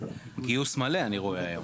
גיוס מלא אני רואה היום.